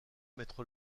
maître